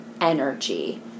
energy